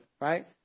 right